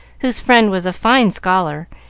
whose friend was a fine scholar,